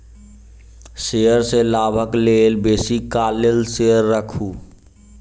share में लाभक लेल बेसी काल लेल शेयर राखू